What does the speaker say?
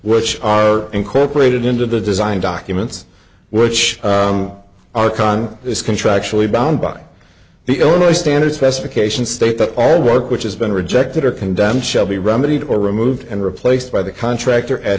which are incorporated into the design documents which are con is contractually bound by the illinois standard specifications state that all work which has been rejected or condemned shall be remedied or removed and replaced by the contractor at